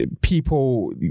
people